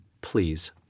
Please